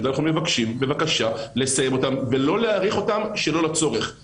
מניעת תחלואה